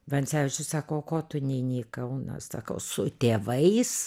vencevičius sako o ko tu neini į kauną sakau su tėvais